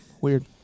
Weird